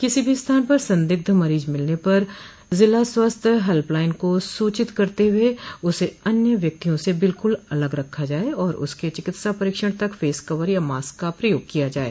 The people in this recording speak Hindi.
किसी भी स्थान पर संदिग्ध मरीज मिलने पर जिला स्वास्थ्य हेल्पलाइन को सूचित करते हुए उसे अन्य व्यक्तियों से बिल्कुल अलग रखा जाये और उसके चिकित्सा परीक्षण तक फेस कवर या मास्क का प्रयोग किया जाये